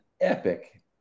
epic